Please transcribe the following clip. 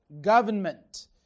government